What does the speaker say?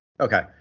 Okay